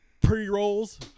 pre-rolls